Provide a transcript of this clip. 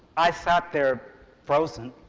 i sat there frozen.